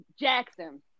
Jackson